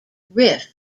rift